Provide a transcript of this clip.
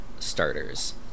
starters